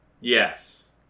Yes